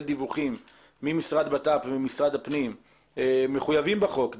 דיווחים ממשרד לביטחון פנים וממשרד הפנים,